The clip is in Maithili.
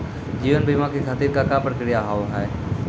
जीवन बीमा के खातिर का का प्रक्रिया हाव हाय?